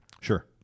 Sure